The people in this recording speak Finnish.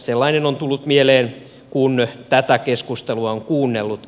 sellainen on tullut mieleen kun tätä keskustelua on kuunnellut